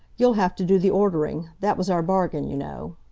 you'll have to do the ordering that was our bargain, you know.